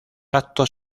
actos